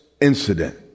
incident